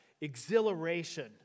exhilaration